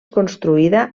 construïda